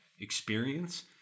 experience